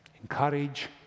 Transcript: encourage